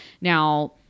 Now